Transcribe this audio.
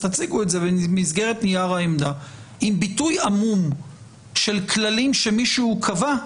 אז תציגו את זה במסגרת נייר העמדה ולא עם ביטוי עמום שמישהו קבע,